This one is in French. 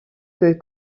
que